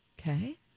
Okay